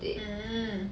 mm